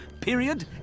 Period